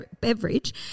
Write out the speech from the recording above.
beverage